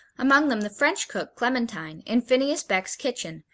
among them the french cook, clementine, in phineas beck's kitchen,